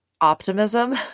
optimism